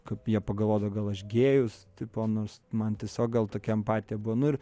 kaip jie pagalvodavo gal aš gėjus tipo nors man tiesiog gal tokia empatija buvo nu ir